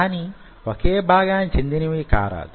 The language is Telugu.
కాని ఒకే భాగానికి చెందినవి కారాదు